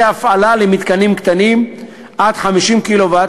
הפעלה למתקנים קטנים עד 50 קילו-ואט,